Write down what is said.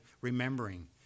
remembering